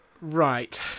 Right